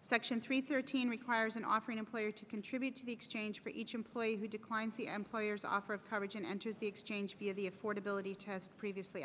section three thirteen requires an offering employer to contribute to the exchange for each employee who declines the employers offer of coverage and enters the exchange via the affordability tests previously